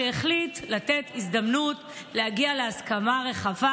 שהחליט לתת הזדמנות להגיע להסכמה רחבה